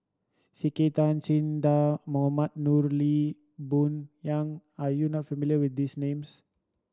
C K Tang Che Dah Mohamed Noor Lee Boon Yang are you not familiar with these names